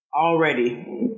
Already